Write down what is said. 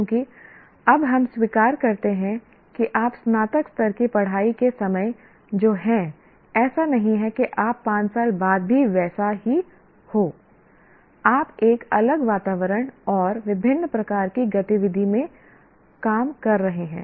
क्योंकि अब हम स्वीकार करते हैं कि आप स्नातक स्तर की पढ़ाई के समय जो है ऐसा नहीं है कि आप 5 साल बाद भी वैसे ही होI आप एक अलग वातावरण और विभिन्न प्रकार की गतिविधि में काम कर रहे हैं